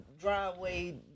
driveway